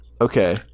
okay